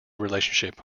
relationship